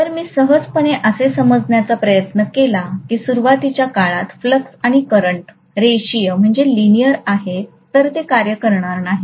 जर मी सहजपणे असे समजण्याचा प्रयत्न केला की सुरुवातीच्या काळात फ्लक्स आणि करंट रेषीय आहेत तर ते कार्य करणार नाही